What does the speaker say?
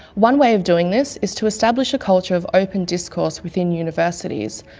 one way of doing this is to establish a culture of open discourse within universities,